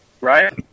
Right